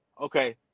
okay